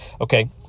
Okay